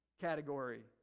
category